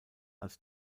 als